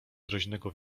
groźnego